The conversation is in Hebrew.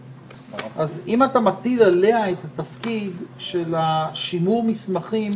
אם אתה מטיל עליה את התפקיד של שימור המסמכים,